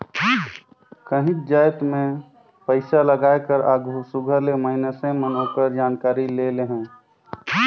काहींच जाएत में पइसालगाए कर आघु सुग्घर ले मइनसे मन ओकर जानकारी ले लेहें